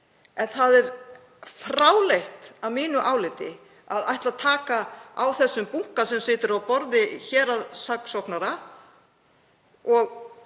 En það er fráleitt að mínu áliti að ætla að taka á þeim bunka sem situr á borði héraðssaksóknara,